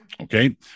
okay